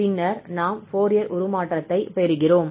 பின்னர் நாம் ஃபோரியர் உருமாற்றத்தைப் பெறுகிறோம்